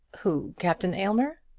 who captain aylmer?